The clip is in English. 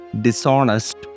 dishonest